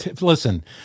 Listen